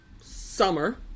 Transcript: summer